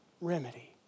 remedy